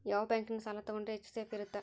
ಯಾವ ಬ್ಯಾಂಕಿನ ಸಾಲ ತಗೊಂಡ್ರೆ ಹೆಚ್ಚು ಸೇಫ್ ಇರುತ್ತಾ?